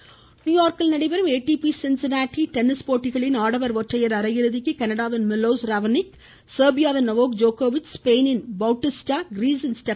tennis நியூயார்க்கில் நடைபெறும் ATP Cincinnati tennis போட்டிகளின் ஆடவர் ஒற்றையர் அரையிறுதிக்கு கனடாவின் மிலோஸ் ரவோனிக் செர்பியாவின் நொவாக் ஜோக்கோவிச் ஸ்பெயினின் பாடிஸ்டா கிரீசின் ஸ்டெ